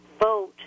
vote